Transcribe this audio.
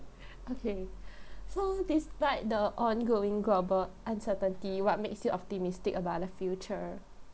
okay so despite the ongoing global uncertainty what makes you optimistic about the future